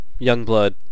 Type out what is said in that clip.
Youngblood